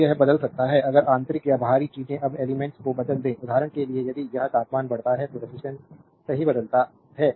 तो यह बदल सकता है अगर आंतरिक या बाहरी चीजें उस एलिमेंट्स को बदल दें उदाहरण के लिए यदि यह तापमान बढ़ता है तो रेजिस्टेंस सही बदलता है